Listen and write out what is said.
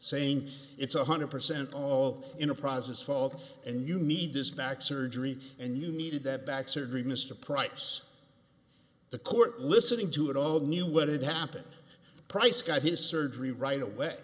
saying it's one hundred percent all in a process fault and you need this back surgery and you needed that back surgery mr price the court listening to it all knew what had happened price got his surgery right away